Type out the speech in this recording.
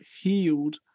healed